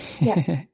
Yes